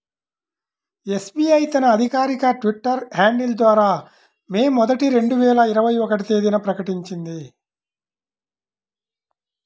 SBI తన అధికారిక Twitter handle ద్వారా మే మొదటి, రెండు వేల ఇరవై ఒక్క తేదీన ప్రకటించింది